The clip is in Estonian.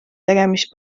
tegemist